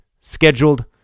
scheduled